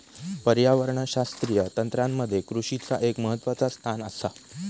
पर्यावरणशास्त्रीय तंत्रामध्ये कृषीचा एक महत्वाचा स्थान आसा